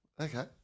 Okay